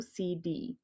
OCD